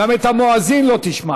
וגם את המואזין לא תשמע.